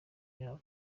yabo